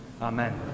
Amen